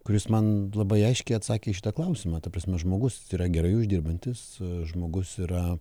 kuris man labai aiškiai atsakė į šitą klausimą ta prasme žmogus yra gerai uždirbantis žmogus yra